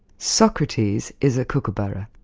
socrates is a kookaburra.